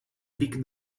picked